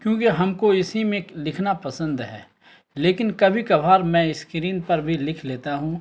کیونکہ ہم کو اسی میں لکھنا پسند ہے لیکن کبھی کبھار میں اسکرین پر بھی لکھ لیتا ہوں